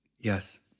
Yes